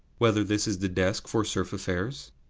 whether this is the desk for serf affairs?